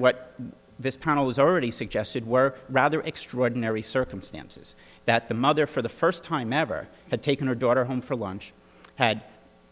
what this panel has already suggested were rather extraordinary circumstances that the mother for the first time ever had taken her daughter home for lunch had